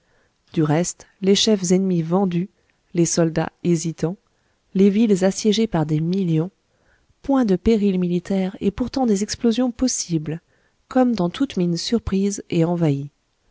du reste les chefs ennemis vendus les soldats hésitants les villes assiégées par des millions point de périls militaires et pourtant des explosions possibles comme dans toute mine surprise et envahie